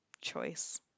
choice